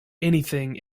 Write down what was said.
anything